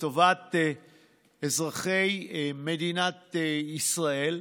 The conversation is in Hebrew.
לטובת אזרחי מדינת ישראל.